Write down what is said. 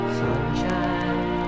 sunshine